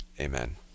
Amen